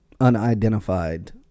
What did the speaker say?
unidentified